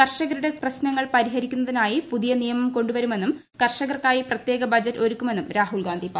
കർഷകരുടെ പ്രശ്ന്മങ്ങൾ പരിഹരിക്കുന്നതിനായി പുതിയ നിയമം കൊണ്ടുവരുമെന്നു്ം കർഷകർക്കായി പ്രത്യേക ബഡ്ജറ്റ് ഒരുക്കുമെന്നും രാഹുൽ ഗാന്ധി പറഞ്ഞു